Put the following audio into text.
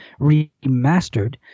remastered